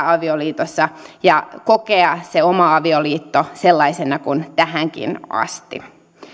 avioliitossa ja kokea sen oman avioliittomme sellaisena kuin tähänkin asti